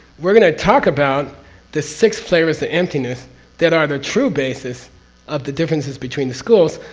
we're going to talk about the six flavors the emptiness that are the true basis of the differences between the schools,